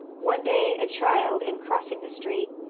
one day a child, in crossing the street,